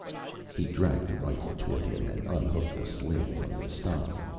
he dragged the rifle toward him and unhooked the sling from the stock.